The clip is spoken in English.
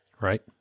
Right